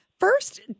First